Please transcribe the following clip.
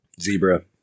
Zebra